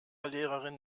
lehrerin